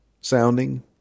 sounding